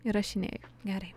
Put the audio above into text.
įrašinėji gerai